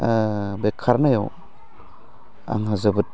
बे खारनायाव आंहा जोबोद